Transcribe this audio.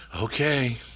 okay